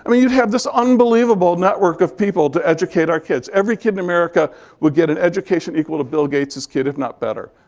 i mean you'd have this unbelievable network of people to educate our kids. every kid in america would get an education equal to bill gates' kid, if not better.